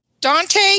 Dante